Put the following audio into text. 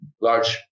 large